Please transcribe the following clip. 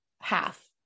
half